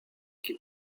qui